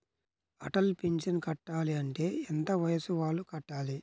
Atal pension కట్టాలి అంటే ఎంత వయసు వాళ్ళు కట్టాలి?